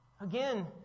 Again